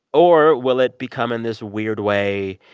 or will it become, in this weird way,